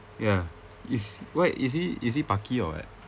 ya is why is he is he paki or it